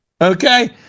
Okay